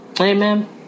Amen